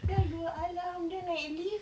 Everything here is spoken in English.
dia ada dua alam dia naik lift